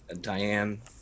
Diane